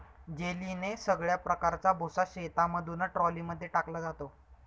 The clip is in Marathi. जेलीने सगळ्या प्रकारचा भुसा शेतामधून ट्रॉली मध्ये टाकला जातो